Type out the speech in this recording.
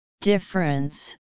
difference